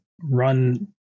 run